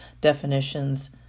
definitions